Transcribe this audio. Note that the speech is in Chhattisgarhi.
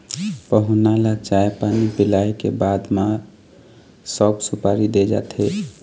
पहुना ल चाय पानी पिलाए के बाद म सउफ, सुपारी दे जाथे